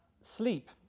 Sleep